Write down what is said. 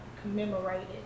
commemorated